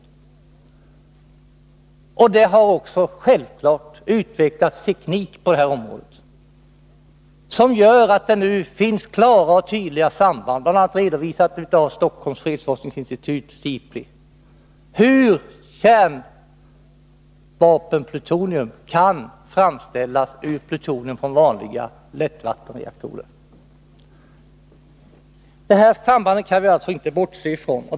Självfallet har det också utvecklats teknik på det här området, vilket gör att det nu finns klara och tydliga exempel — bl.a. redovisade av Stockholms Fredsforskningsinstitut SIPRI — på hur kärnvapenplutonium kan framställas ur plutonium från vanliga lättvattenreaktorer. Detta samband kan vi alltså inte bortse ifrån.